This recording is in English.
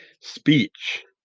Speech